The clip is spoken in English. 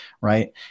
right